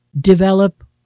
develop